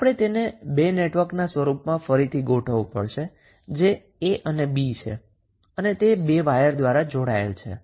આપણે તેને 2 નેટવર્કના સ્વરૂપમાં ફરીથી ગોઠવવું પડશે જે A અને B છે અને તે 2 વાયર દ્વારા જોડાયેલા છે